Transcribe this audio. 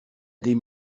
des